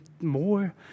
more